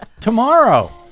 tomorrow